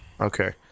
okay